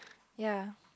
ya